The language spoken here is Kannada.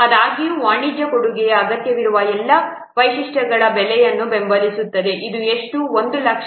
ಆದಾಗ್ಯೂ ವಾಣಿಜ್ಯ ಕೊಡುಗೆಯು ಅಗತ್ಯವಿರುವ ಎಲ್ಲಾ ವೈಶಿಷ್ಟ್ಯಗಳ ಬೆಲೆಯನ್ನು ಬೆಂಬಲಿಸುತ್ತದೆ ಇದು ಎಷ್ಟು 1 ಲಕ್ಷ